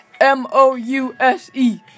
M-O-U-S-E